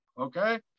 Okay